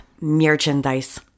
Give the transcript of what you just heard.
merchandise